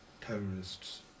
terrorists